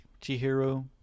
Chihiro